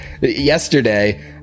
yesterday